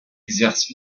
exerce